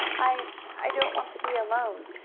i i don't want to be alone.